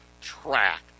track